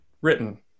written